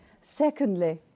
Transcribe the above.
secondly